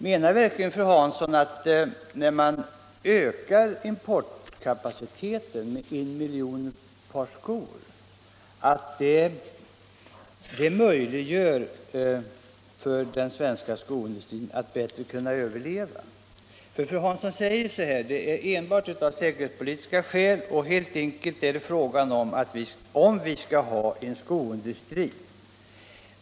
Menar verkligen fru Hansson att man genom att öka importkapaciteten med en miljon par skor möjliggör för den svenska skoindustrin att bättre överleva? Fru Hansson säger ju att åtgärderna har enbart säkerhetspolitiska skäl och att frågan gäller om vi skall ha en skoindustri.